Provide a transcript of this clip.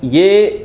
ये